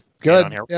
good